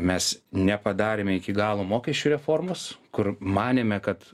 mes nepadarėme iki galo mokesčių reformos kur manėme kad